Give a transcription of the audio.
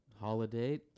Holiday